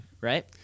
Right